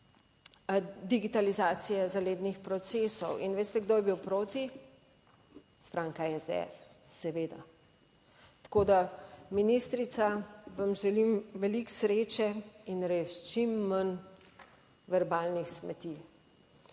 digitalizacije zalednih procesov. In veste kdo je bil proti? Stranka SDS, seveda. Tako da, ministrica, vam želim veliko sreče in res čim manj verbalnih smeti